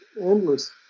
endless